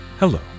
Hello